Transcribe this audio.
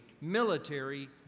military